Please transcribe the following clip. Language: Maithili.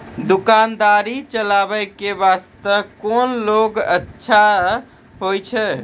दुकान दौरी चलाबे के बास्ते कुन लोन अच्छा होय छै?